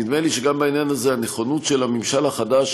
נדמה לי שגם בעניין הזה יש נכונות של הממשל החדש